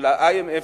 של ה-IMF,